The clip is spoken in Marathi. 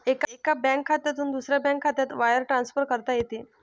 एका बँक खात्यातून दुसऱ्या बँक खात्यात वायर ट्रान्सफर करता येते